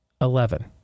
Eleven